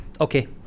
Okay